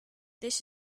this